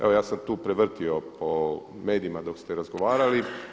Evo ja sam tu prevrtio po medijima dok ste razgovarali.